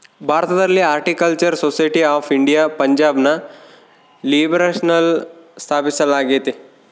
ಭಾರತದಲ್ಲಿ horticultural society of India ಪಂಜಾಬ್ನ ಲಿಯಾಲ್ಪುರ್ನಲ್ಲ ಸ್ಥಾಪಿಸಲಾಗ್ಯತೆ